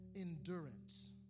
endurance